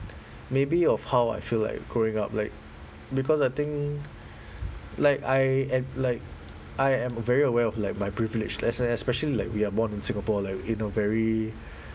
maybe of how I feel like growing up like because I think like I am like I am a very aware of like my privilege as in especially like we are born in singapore like in a very